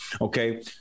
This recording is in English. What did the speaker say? Okay